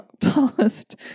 tallest